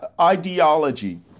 ideology